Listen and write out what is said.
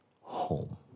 home